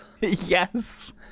Yes